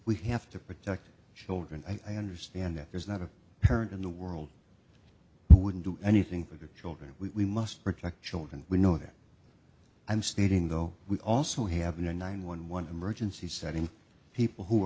we have to protect children i understand that there's not a parent in the world who wouldn't do anything for the children we must protect children we know that i'm stating though we also have a nine one one emergency setting people who